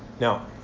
Now